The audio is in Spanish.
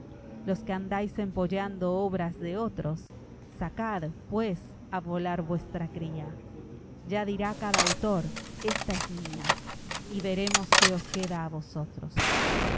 los que andáis empollando obras de otros sacad pues a volar vuestra cría ya dirá cada autor ésta es mía y veremos qué os queda a vosotros